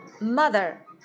mother